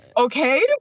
okay